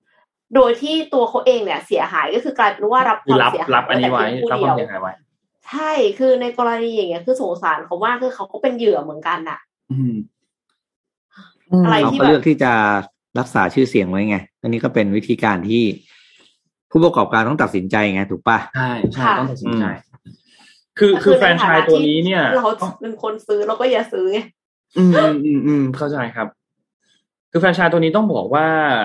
โดยที่ตัวเขาเองเนี่ยเสียหายก็คือกลายเป็นว่ารับความคือรับ- รับอันนี้ไว้ รับความเสียหายไว้แต่เพียงผู้เดียวเสียหายไว้ใช่ คือในกรณีอย่างเงี้ย คือสงสารเขาว่า- คือเขาก็เป็นเหยื่อเหมือนกันน่ะอืมอะไรที่เราก็แบบ-เลือกที่จะรักษาชื่อเสียงไว้ไง อันนี้ก็เป็นวิธีการที่ผู้ประกอบการต้องตัดสินใจไง ถูกปะ?ใช่ ใช่ ต้องตัดสินใจค่ะอืมคือ- คือแฟรนไชส์ตัวนี้เนี่ยแต่คือในฐานะที่เราเป็นคนซื้อเราก็อย่าซื้อไงอืม อืม อืม เข้าใจครับ คือแฟรนไชส์ตัวนี้ต้องบอกว่า